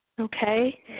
okay